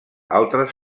altres